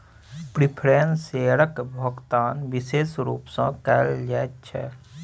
preference शेयरक भोकतान बिशेष रुप सँ कयल जाइत छै